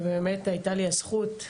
ובאמת הייתה לי הזכות,